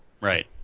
Right